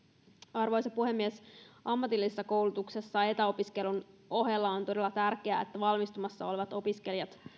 arvoisa puhemies ammatillisessa koulutuksessa etäopiskelun ohella on todella tärkeää että valmistumassa olevat opiskelijat